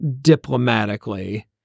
diplomatically